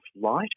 light